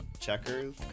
checkers